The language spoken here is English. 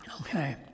Okay